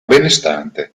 benestante